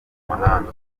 muhanda